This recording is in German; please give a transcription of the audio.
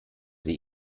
sie